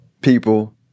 people